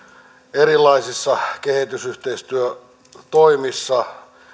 erilaisissa kehitysyhteistyötoimissa